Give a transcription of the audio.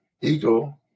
ego